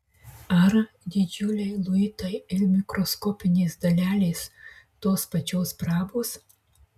ar didžiuliai luitai ir mikroskopinės dalelės tos pačios prabos